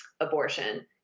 abortion